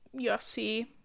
UFC